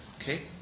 Okay